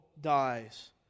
dies